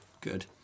good